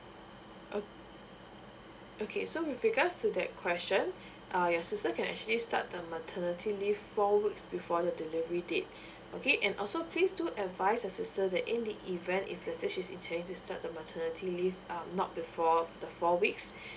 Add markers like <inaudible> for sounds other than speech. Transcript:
oh okay so with regards to that question <breath> uh your sister can actually start the maternity leave four weeks before the delivery date <breath> okay and also please do advice your sister that in the event if let's say she's intending to start the maternity leaves uh not before the four weeks <breath>